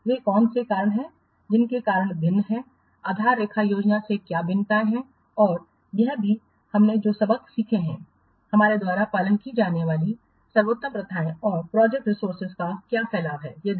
वे कौन से कारण हैं जिनके कारण भिन्नताएं हैं आधार रेखा योजना से क्या विविधताएं हैं और यह भी कि हमने जो सबक सीखे हैं हमारे द्वारा पालन की जाने वाली सर्वोत्तम प्रथाएं और प्रोजेक्ट रिसोर्सेज का क्या फैलाव है आदि